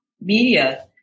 media